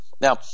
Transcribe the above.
Now